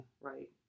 Right